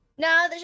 No